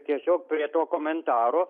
tiesiog prie to komentaro